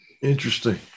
Interesting